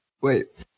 Wait